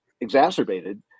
exacerbated